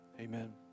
Amen